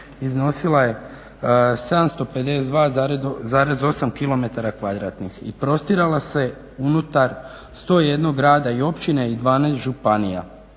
iznosila je 752,8 km kvadratnih i prostirala se unutar 101 grada i općine i 12 županija